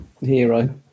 hero